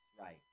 right